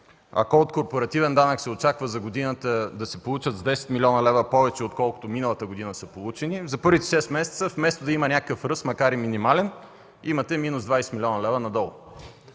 Ако от корпоративен данък се очаква за годината да се получат с 10 милиона лева повече, отколкото миналата година са получени – за първите шест месеца, вместо да има някакъв ръст, макар и минимален, имате минус 20 млн. лв. надолу.